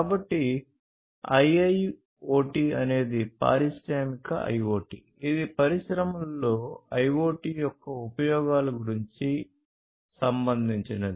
కాబట్టి ఐఐఒటి అనేది పారిశ్రామిక ఐఒటి ఇది పరిశ్రమలలో ఐఒటి యొక్క ఉపయోగాలు గురించి సంబంధించినది